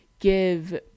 give